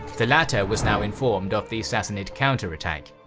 the latter was now informed of the sassanid counterattack,